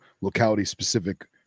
locality-specific